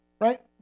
right